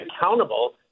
accountable